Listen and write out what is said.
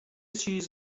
چیز